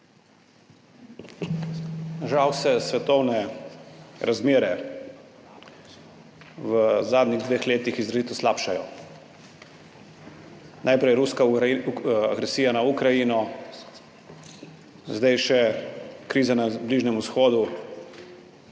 Žal se svetovne razmere v zadnjih dveh letih izrazito slabšajo. Najprej ruska agresija na Ukrajino, zdaj še kriza na Bližnjem vzhodu,